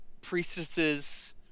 priestesses